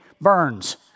burns